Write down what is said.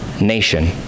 nation